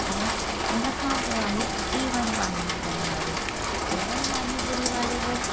ऐं हुन खां पोइ आहे ए वन पाणी पूरी वारो ए वन पाणी पूरी वारे वटि